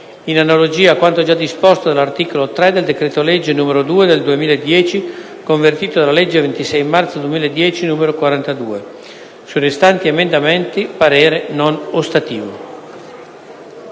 in analogia a quanto gia disposto dall’articolo 3 del decreto-legge n. 2 del 2010, convertito dalla legge 26 marzo 2010, n. 42; – sui restanti emendamenti parere non ostativo».